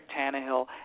Tannehill